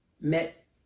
met